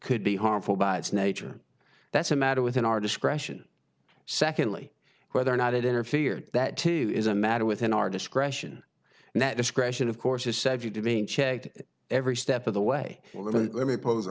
could be harmful by its nature that's a matter within our discretion secondly whether or not it interfered that too is a matter within our discretion and that discretion of course is subject to being checked every step of the way let me pose a